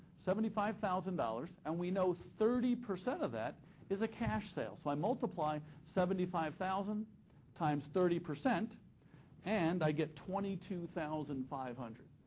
seventy-five thousand dollars, and we know thirty percent of that is a cash sale. so i multiply seventy five thousand times thirty, and i get twenty two thousand five hundred.